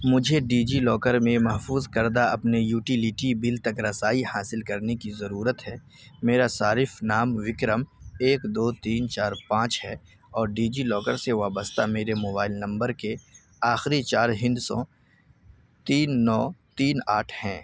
مجھے DigiLocker میں محفوظ کردہ اپنے یوٹیلیٹی بل تک رسائی حاصل کرنے کی ضرورت ہے میرا صارف نام وکرم ایک دو تین چار پانچ ہے اور ڈیجی لاکر سے وابستہ میرے موبائل نمبر کے آخری چار ہندسوں تین نو تین آٹھ ہیں